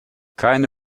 keine